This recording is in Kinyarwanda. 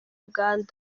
uganda